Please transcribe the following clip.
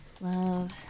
love